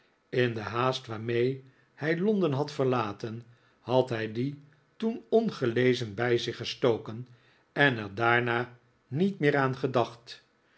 in de haast waarmee hij londen had verlaten had hij dien toen ongelezen bij zich gestoken en er daarna niet rheer aan gedacht